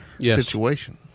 situation